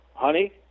Honey